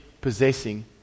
possessing